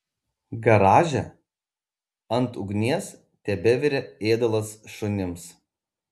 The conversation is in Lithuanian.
garaže ant ugnies tebevirė ėdalas šunims